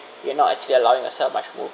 you are not actually allowing yourself much movement